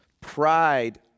Pride